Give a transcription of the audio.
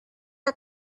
are